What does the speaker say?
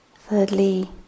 thirdly